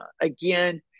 again